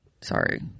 Sorry